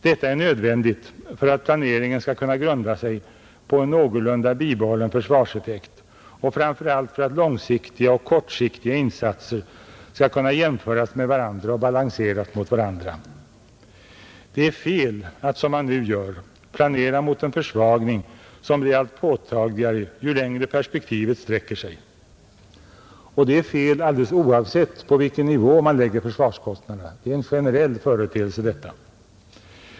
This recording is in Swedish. Detta är nödvändigt för att planeringen skall kunna grunda sig på en någorlunda bibehållen försvarseffekt och framför allt för att långsiktiga och kortsiktiga insatser skall kunna jämföras med varandra och balanseras mot varandra. Det är fel att, som man nu gör, planera mot en försvagning som blir allt påtagligare ju längre perspektivet sträcker sig. Det är fel alldeles oavsett på vilken nivå man lägger försvarskostnaden. Det är en generell företeelse.